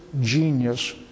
genius